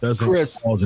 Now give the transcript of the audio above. Chris